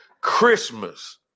Christmas